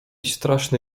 straszny